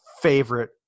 favorite